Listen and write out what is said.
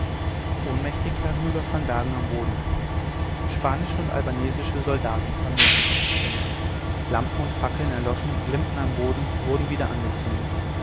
ohnmächtig lag myga van bergen am boden spanische und albanesische soldaten vermehrten das getümmel lampen und fackeln erloschen glimmten am boden wurden wieder angezündet